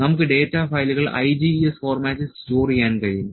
നമുക്ക് ഡാറ്റ ഫയലുകൾ IGES ഫോർമാറ്റിൽ സ്റ്റോർ ചെയ്യാൻ കഴിയും